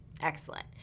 Excellent